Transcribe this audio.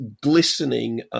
glistening